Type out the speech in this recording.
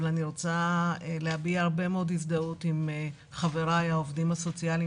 אבל אני רוצה להביע הרבה מאוד הזדהות עם חבריי העובדים הסוציאליים